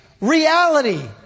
reality